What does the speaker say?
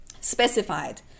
specified